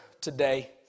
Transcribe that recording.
today